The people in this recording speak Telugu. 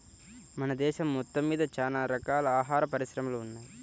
మన దేశం మొత్తమ్మీద చానా రకాల ఆహార పరిశ్రమలు ఉన్నయ్